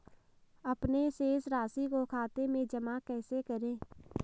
अपने शेष राशि को खाते में जमा कैसे करें?